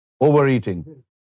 overeating